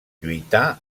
lluità